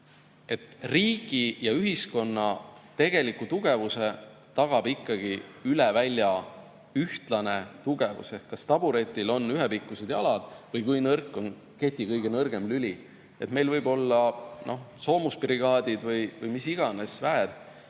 et riigi ja ühiskonna tegeliku tugevuse tagab ikkagi üle välja ühtlane tugevus ehk kas taburetil on ühepikkused jalad või kui nõrk on keti kõige nõrgem lüli. Meil võivad olla soomusbrigaadid või mis iganes väed,